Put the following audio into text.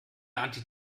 anti